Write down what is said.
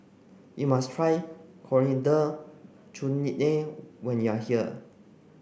you must try Coriander Chutney when you are here